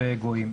וגואים.